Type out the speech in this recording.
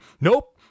nope